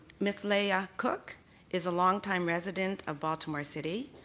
miss leah cook is a long time resident of baltimore city.